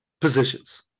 positions